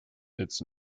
its